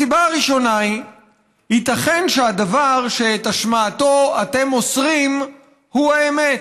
הסיבה הראשונה היא שייתכן שהדבר שאת השמעתו אתם אוסרים הוא האמת,